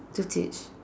to teach